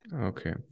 Okay